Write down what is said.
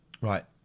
right